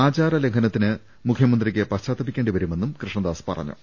ആചാര ലംഘനത്തിന് മുഖ്യമന്ത്രിക്ക് പശ്ചാത്തപിക്കേണ്ടി വരുമെന്നും കൃഷ്ണദാസ് പറഞ്ഞു